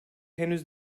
henüz